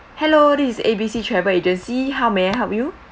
hello this is A B C travel agency how may I help you